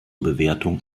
bewertung